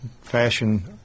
fashion